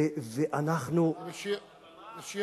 מה זאת אומרת אין שיחות?